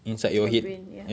to your brain ya